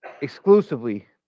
exclusively